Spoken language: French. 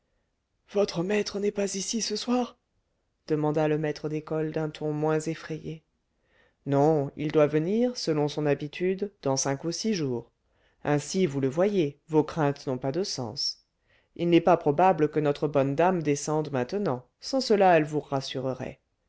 votre maître n'est pas ici ce soir demanda le maître d'école d'un ton moins effrayé non il doit venir selon son habitude dans cinq ou six jours ainsi vous le voyez vos craintes n'ont pas de sens il n'est pas probable que notre bonne dame descende maintenant sans cela elle vous rassurerait